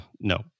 No